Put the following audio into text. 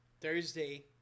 Thursday